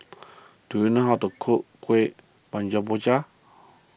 do you know how to cook Kueh